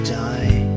die